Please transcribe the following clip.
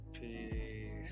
Peace